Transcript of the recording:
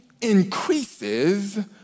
increases